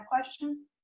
question